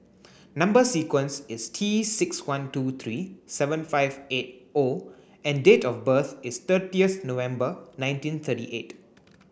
number sequence is T six one two three seven five eight O and date of birth is thirtieth November nineteen thirty eight